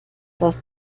das